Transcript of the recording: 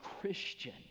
Christian